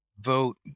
vote